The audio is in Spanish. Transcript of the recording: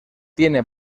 tiene